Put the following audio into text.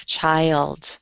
child